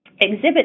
exhibit